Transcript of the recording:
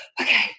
okay